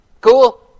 Cool